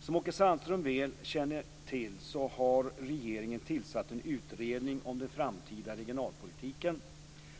Som Åke Sandström väl känner till har regeringen tillsatt en utredning om den framtida regionalpolitiken.